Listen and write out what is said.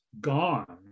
gone